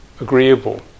agreeable